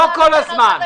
לא כל הזמן.